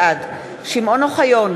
בעד שמעון אוחיון,